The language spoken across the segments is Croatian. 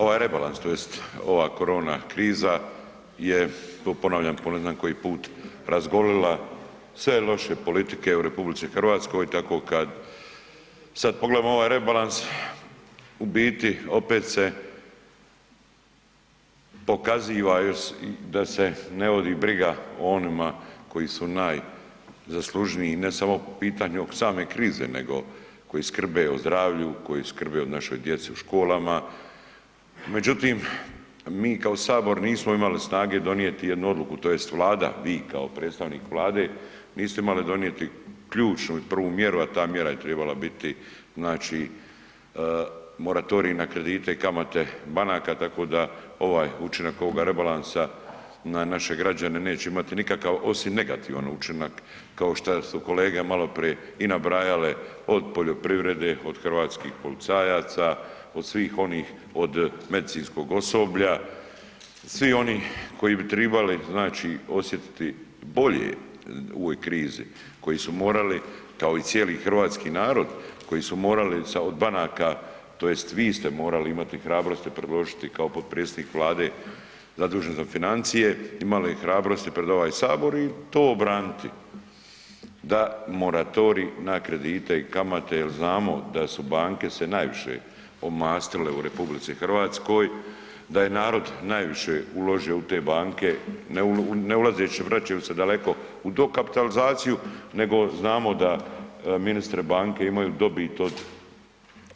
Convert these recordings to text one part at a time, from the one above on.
Ovaj rebalans tj. ova korona kriza je to ponavljam po ne znam koji put, razgolila sve loše politike u RH tako kad sad pogledamo ovaj rebalans, u biti opet se pokaziva da se ne vodi briga o onima koji su najzaslužniji ne samo po pitanju ove same krize nego koji skrbe o zdravlju, koji skrbe o našoj djeci u školama, međutim mi kao Sabor nismo imali snage donijeti jednu odluku tj. Vlada, vi kao predstavnik Vlade, niste imali donijeti ključnu i prvu mjeru a ta mjera je trebala biti znači moratorij na kredite i kamate banaka, tako da ovaj učinak ovoga rebalansa na naše građane neće imati nikakav osim negativan učinak, kao što su kolege maloprije i nabrajale, od poljoprivrede, od hrvatskih policajaca, od svih onih, od medicinskog osoblja, svi oni koji bi trebali znači osjetiti bolje u ovoj krizi, koji su morali kao i cijeli hrvatski narod koji su morali od banaka tj. vi ste morali imati hrabrosti predložiti kao potpredsjednik Vlade zadužen za financije, imali hrabrosti pred ovaj Sabor i to braniti, da moratorij na kredite i kamate jer znamo da su banke se najviše omastile u RH, da je narod najviše uložio u te banke ne ulazeći, vraćaju se daleko u dokapitalizaciju, nego znamo da ministre, banke imaju dobit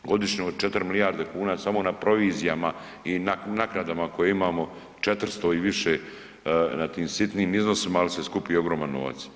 godišnje od 4 milijarde kuna samo na provizijama i naknadama koje imamo, 400 i više na tim sitnim iznosima ali se skupi ogroman novac.